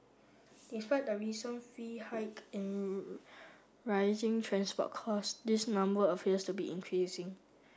despite the recent fee hike and rising transport costs this number appears to be increasing